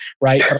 right